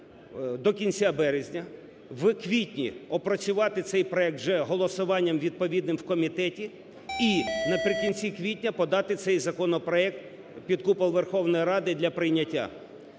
До кінця березня. В квітні опрацювати цей проект вже голосуванням відповідним в комітеті і наприкінці квітня подати цей законопроект під купол Верховної Ради для прийняття.